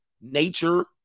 Nature